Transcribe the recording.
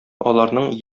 аларның